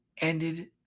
ended